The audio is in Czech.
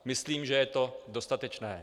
Myslím, že je to dostatečné.